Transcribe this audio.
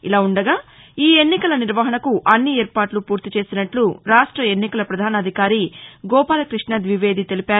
ఇలావుండగా ఈ ఎన్నికల నిర్వహణకు అన్ని ఏర్పాట్లు ఫూర్తి చేసినట్లు రాష్ట ఎన్నికల ప్రధానాధికారి గోపాలక్పష్ణ ద్వివేది తెలిపారు